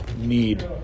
need